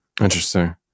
Interesting